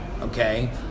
okay